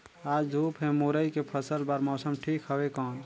आज धूप हे मुरई के फसल बार मौसम ठीक हवय कौन?